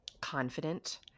confident